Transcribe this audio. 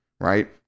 right